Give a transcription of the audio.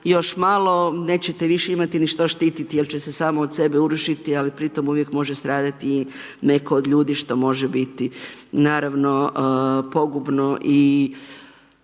još malo, nećete više imati ni što štititi jer će se samo od sebe urušiti, ali pritom uvijek može stradati netko od ljudi što može biti naravno pogubno i